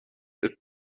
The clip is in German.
ist